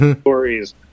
stories